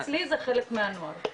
אצלי זה חלק מהנוהל.